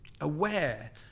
aware